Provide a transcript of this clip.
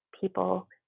people